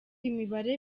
imibare